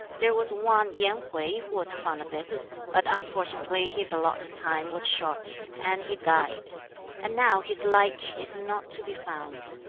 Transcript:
there was one yen hwui who was fond of it but unfortunately his allotted time was short, and he died and now his like is not to be found.